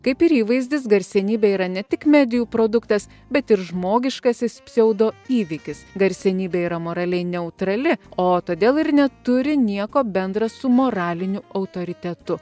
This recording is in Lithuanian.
kaip ir įvaizdis garsenybė yra ne tik medijų produktas bet ir žmogiškasis pseudo įvykis garsenybė yra moraliai neutrali o todėl ir neturi nieko bendra su moraliniu autoritetu